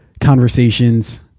conversations